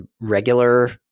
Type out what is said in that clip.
regular